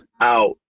out